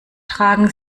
tragen